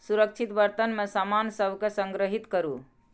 सुरक्षित बर्तन मे सामान सभ कें संग्रहीत करू